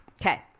Okay